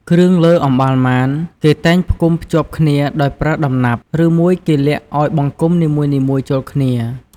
គ្រឿងលើអម្បាលម៉ាន គេតែងផ្គុំភ្ជាប់គ្នាដោយប្រើដំណាប់ ឬមួយគេលាក់ឱ្យបង្គំនីមួយៗចូលគ្នា។